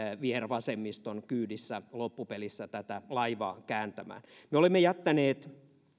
vihervasemmiston kyydissä loppupelissä tätä laivaa kääntämään me olemme jättäneet